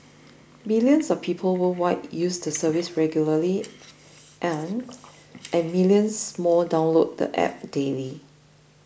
billions of people worldwide use the service regularly and and millions more download the app daily